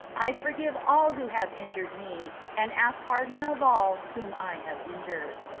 i forgive all who have injured me, and ask pardon of all whom i have injured.